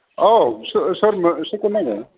औ सोर सोरमोन सोरखौ नांगौ